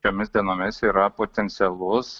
šiomis dienomis yra potencialus